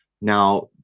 Now